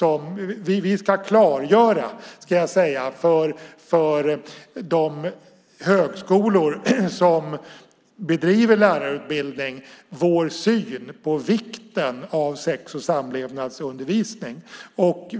Vi ska klargöra, ska jag säga, för de högskolor som bedriver lärarutbildning, vår syn på vikten av sex och samlevnadsundervisning.